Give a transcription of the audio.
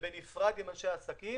ובנפרד עם אנשי עסקים.